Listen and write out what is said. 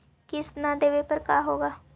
किस्त न देबे पर का होगा?